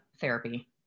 therapy